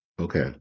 Okay